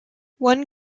one